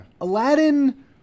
Aladdin